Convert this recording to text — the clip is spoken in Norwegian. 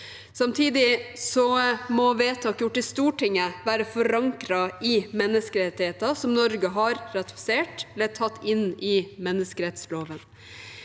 Samtidig må vedtak gjort i Stortinget være forankret i menneskerettigheter som Norge har ratifisert eller tatt inn i menneskerettsloven.